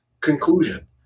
conclusion